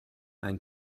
ein